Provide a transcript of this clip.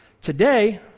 Today